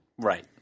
Right